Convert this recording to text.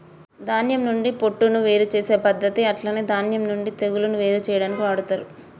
ధాన్యం నుండి పొట్టును వేరు చేసే పద్దతి అట్లనే ధాన్యం నుండి తెగులును వేరు చేయాడానికి వాడతరు